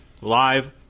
live